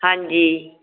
ਹਾਂਜੀ